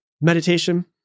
meditation